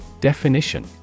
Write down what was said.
Definition